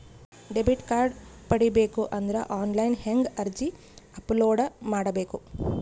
Debit card ಪಡಿಬೇಕು ಅಂದ್ರ online ಹೆಂಗ್ ಅರ್ಜಿ ಅಪಲೊಡ ಮಾಡಬೇಕು?